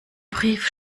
brief